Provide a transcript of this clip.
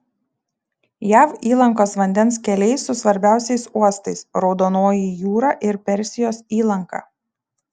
jav įlankos vandens keliai su svarbiausiais uostais raudonoji jūra ir persijos įlanka